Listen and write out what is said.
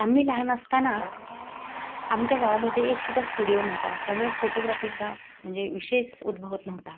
आम्ही लहान असताना आमच्या गावामध्ये एकसुद्धा स्टुडिओ नव्हता त्यामुळे फोटोग्राफीचा म्हणजे विशेष उद्भवत नव्हता